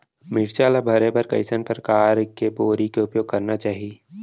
मिरचा ला भरे बर कइसना परकार के बोरी के उपयोग करना चाही?